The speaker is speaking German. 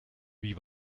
wie